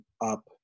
up